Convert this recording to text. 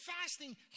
fasting